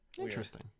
Interesting